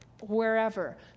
wherever